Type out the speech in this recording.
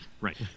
Right